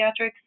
pediatrics